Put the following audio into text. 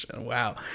wow